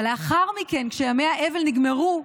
אבל לאחר מכן, כשימי האבל נגמרו,